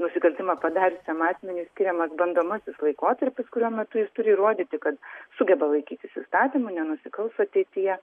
nusikaltimą padariusiam asmeniui skiriamas bandomasis laikotarpis kurio metu jis turi įrodyti kad sugeba laikytis įstatymų nenusikals ateityje